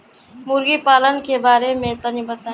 मुर्गी पालन के बारे में तनी बताई?